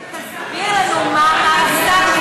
אולי תסביר לנו מה אמר השר,